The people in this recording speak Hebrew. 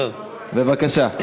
בבקשה.